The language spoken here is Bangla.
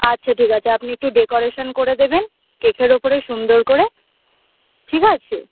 আচ্ছা ঠিক আছে আপনি একটু ডেকোরেশান করে দেবেন কেকের ওপরে সুন্দর করে ঠিক আছে